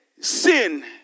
sin